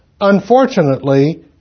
Unfortunately